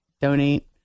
donate